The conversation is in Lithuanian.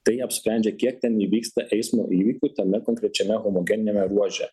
tai apsprendžia kiek ten įvyksta eismo įvykių tame konkrečiame homogeniniame ruože